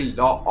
law